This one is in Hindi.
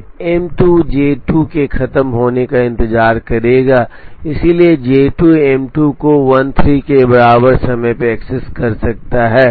तो एम 2 जे 2 के खत्म होने का इंतजार करेगा इसलिए जे 2 एम 2 को 13 के बराबर समय पर एक्सेस कर सकता है